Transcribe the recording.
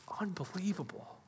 unbelievable